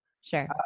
Sure